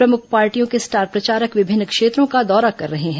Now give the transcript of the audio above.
प्रमुख पार्टियों के स्टार प्रचारक विभिन्न क्षेत्रों का दौरा कर रहे हैं